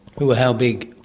who were how big?